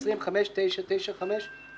התשע"ט 2018,